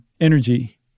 energy